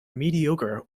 mediocre